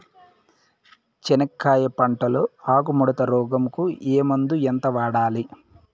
చెనక్కాయ పంట లో ఆకు ముడత రోగం కు ఏ మందు ఎంత వాడాలి?